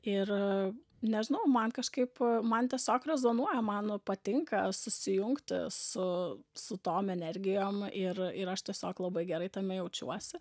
ir nežinau man kažkaip man tiesiog rezonuoja man patinka susijungti su su tom energijom ir ir aš tiesiog labai gerai tame jaučiuosi